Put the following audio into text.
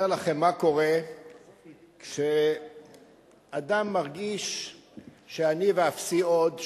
לכם מה קורה כשאדם מרגיש ש"אני ואפסי עוד",